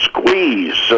Squeeze